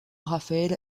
raphaël